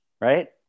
Right